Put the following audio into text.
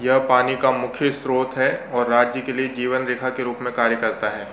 यह पानी का मुख्य स्रोत है और राज्य के लिए जीवन रेखा के रूप में कार्य करता है